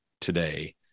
today